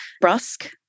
brusque